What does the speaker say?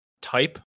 type